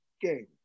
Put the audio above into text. game